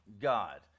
God